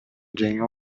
жеңип